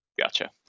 Gotcha